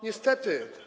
Niestety.